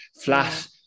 flat